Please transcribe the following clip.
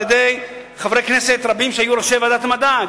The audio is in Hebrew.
על-ידי חברי כנסת רבים שהיו ראשי ועדת המדע,